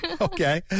Okay